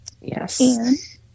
Yes